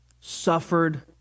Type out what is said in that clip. suffered